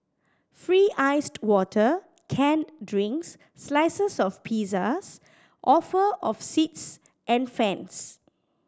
free iced water canned drinks slices of pizzas offer of seats and fans